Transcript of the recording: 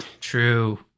True